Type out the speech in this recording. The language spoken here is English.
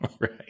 Right